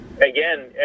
again